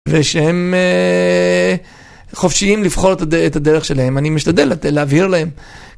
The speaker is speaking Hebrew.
ושהם חופשיים לבחור את הדרך שלהם, אני משתדל להבהיר להם.